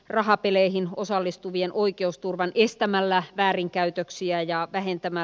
rahapeleihin osallistuvien oikeusturvan estämällä väärinkäytöksiä ja vähin tämä